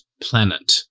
planet